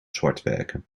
zwartwerken